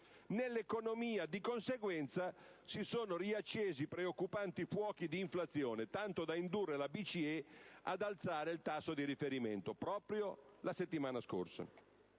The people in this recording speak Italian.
nell'economia, di conseguenza, si sono riaccesi preoccupanti fuochi di inflazione, tanto da indurre la BCE ad alzare il tasso di riferimento proprio la settimana scorsa.